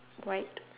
white